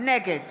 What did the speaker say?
נגד